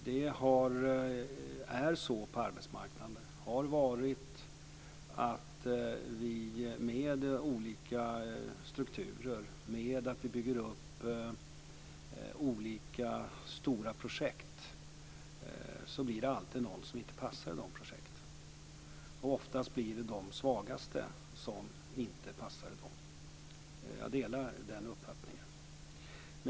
Det är och har varit så på arbetsmarknaden att det genom olika strukturer och genom att vi bygger upp olika stora projekt alltid blir någon som inte passar i de projekten. Oftast blir det de svagaste som inte passar i dem. Jag delar den uppfattningen.